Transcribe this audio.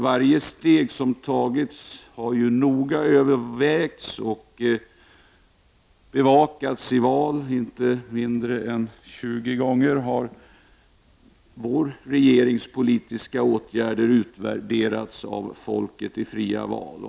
Varje steg som tas övervägs noga och bevakas vid val. Inte mindre än 20 gånger har den socialdemokratiska regeringens politiska åtgärder utvärderats av folket i fria val.